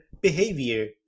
behavior